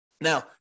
Now